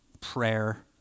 prayer